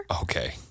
Okay